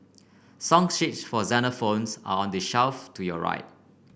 song sheets for xylophones are on the shelf to your right